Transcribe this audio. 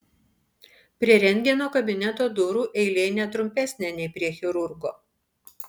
prie rentgeno kabineto durų eilė ne trumpesnė nei prie chirurgo